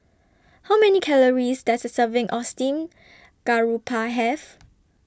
How Many Calories Does A Serving of Steamed Garoupa Have